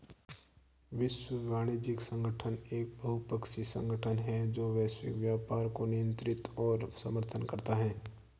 विश्व वाणिज्य संगठन एक बहुपक्षीय संगठन है जो वैश्विक व्यापार को नियंत्रित और समर्थन करता है